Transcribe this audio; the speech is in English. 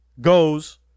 goes